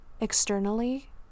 externally